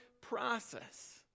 process